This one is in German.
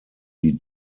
die